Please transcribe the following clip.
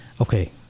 Okay